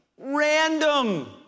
random